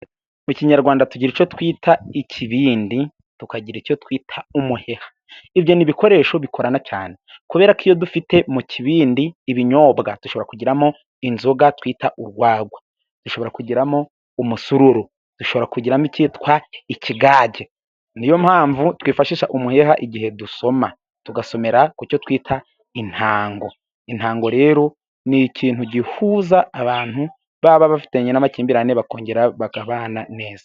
Mu kinyarwanda tugira icyo twita ikibindi, tukagira icyo twita umuheha, ibyo ni ibikoresho bikorana cyane, kubera ko iyo dufite mu kibindi ibinyobwa, dushobora kugiramo inzoga twita urwagwa, dushobora kugiramo umusururu, dushobora kugiramo icyitwa ikigage, niyo mpamvu twifashisha umuheha igihe dusoma, tugasomera ku cyo twita intango. Intango rero ni ikintu gihuza abantu baba bafitanye n'amakimbirane, bakongera bakabana neza.